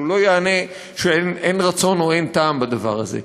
אבל הוא לא יענה שאין רצון או אין טעם בדבר הזה.